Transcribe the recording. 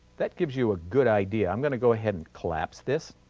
that gives you a good idea, i'm going to go ahead and collapse this,